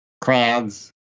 crowds